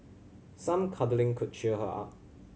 some cuddling could cheer her up